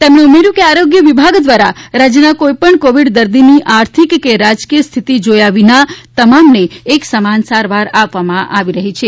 તેમણે ઉમેર્ટું કે આરોગ્ય વિભાગ દ્વારા રાજ્યના કોઈ પણ કોવિડ દર્દીની આર્થિક કે રાજકીય સ્થિતિ જોયા વિના તમામને એકસમાન ઉમદા સારવાર આપવામાં આવી રહી છે